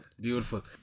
Beautiful